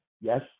Yes